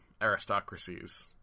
aristocracies